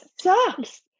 sucks